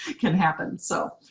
can happen, so,